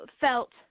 felt